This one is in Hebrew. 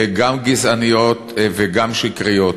גם גזעניות וגם שקריות.